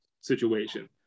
situation